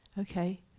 Okay